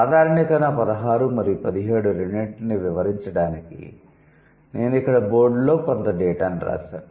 సాధారణీకరణ పదహారు మరియు పదిహేడు రెండింటినీ వివరించడానికి నేను ఇక్కడ బోర్డులో కొంత డేటాను వ్రాశాను